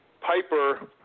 Piper